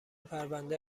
پرونده